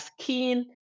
skin